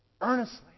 earnestly